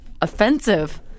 offensive